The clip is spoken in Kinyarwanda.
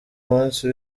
munsi